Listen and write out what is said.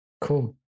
Cool